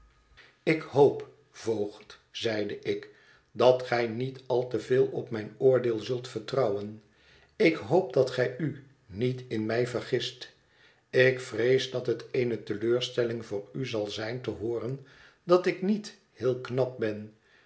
ik hoop voogd zeide ik dat gij niet al te veel op mijn oordeel zult vertrouwen ik hoop dat gij u niet in mij vergist ik vrees dat het eene teleurstelling voor u zal zijn te hoor en dat ik niet heel knap ben